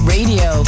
Radio